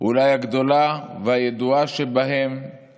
אולי הגדולה והידועה שבהן היא